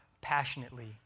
passionately